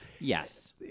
Yes